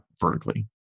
vertically